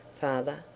father